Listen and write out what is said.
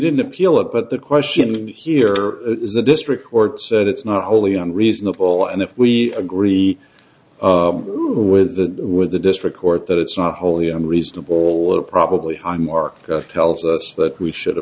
didn't appeal it but the question here it is a district or it's not wholly unreasonable and if we agree with that with a district court that it's not wholly unreasonable probably a mark tells us that we should a